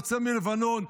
יוצא מלבנון,